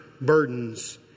burdens